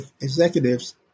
executives